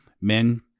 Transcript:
Men